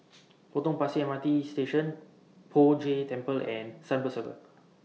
Potong Pasir M R T Station Poh Jay Temple and Sunbird Circle